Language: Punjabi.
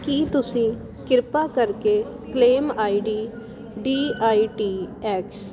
ਕੀ ਤੁਸੀਂ ਕਿਰਪਾ ਕਰਕੇ claim ID D I T X